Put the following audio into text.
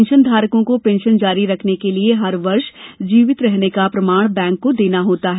पेंशनधारकों को पेंशन जारी रखने के लिए हर वर्ष जीवित रहने का प्रमाण बैंक को देना होता है